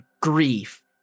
grief